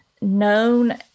known